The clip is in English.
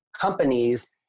companies